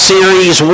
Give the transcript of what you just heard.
Series